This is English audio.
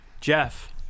Jeff